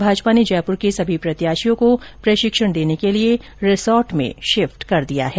भाजपा ने जयपुर के सभी प्रत्याशियों को प्रशिक्षण देने के लिए रिसोर्ट में शिफ्ट कर दिया है